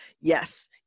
Yes